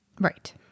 Right